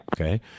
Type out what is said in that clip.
Okay